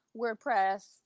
WordPress